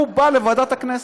הוא בא לוועדת הכנסת.